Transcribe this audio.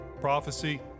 prophecy